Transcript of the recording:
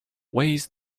weighs